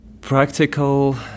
Practical